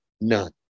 none